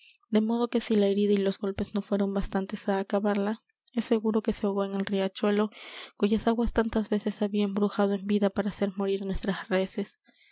de modo que si la herida y los golpes no fueron bastantes á acabarla es seguro que se ahogó en el riachuelo cuyas aguas tantas veces había embrujado en vida para hacer morir nuestras reses